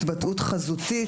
התבטאות חזותית.